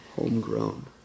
Homegrown